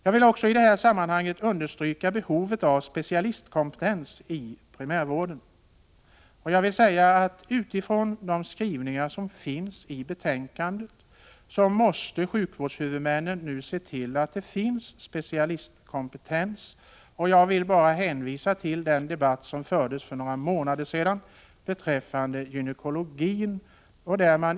Jag vill i detta sammanhang även understryka behovet av specialistkompetens i primärvården. Utifrån de skrivningar som finns i betänkandet måste sjukvårdshuvudmännen nu se till att det finns specialistkompetens. Jag vill i detta sammanhang hänvisa till den debatt som fördes för några månader sedan beträffande gynekologin.